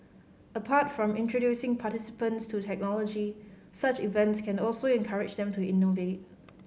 apart from introducing participants to technology such events can also encourage them to innovate